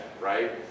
right